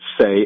say